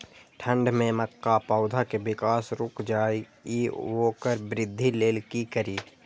ठंढ में मक्का पौधा के विकास रूक जाय इ वोकर वृद्धि लेल कि करी?